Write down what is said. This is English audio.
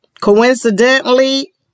coincidentally